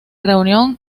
reunión